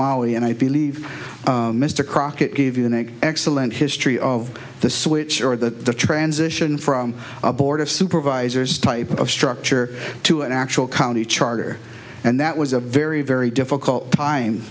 mali and i believe mr crockett gave you an excellent history of the switch or the transition from a board of supervisors type of structure to an actual county charter and that was a very very difficult time